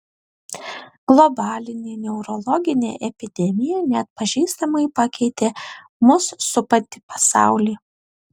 globalinė neurologinė epidemija neatpažįstamai pakeitė mus supantį pasaulį